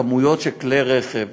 כמויות של כלי רכב.